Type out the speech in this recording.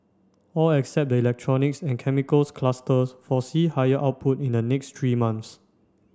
all except the electronics and chemicals clusters foresee higher output in the next three months